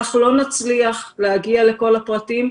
כך לא נצליח להגיע לכל הפרטים,